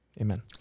amen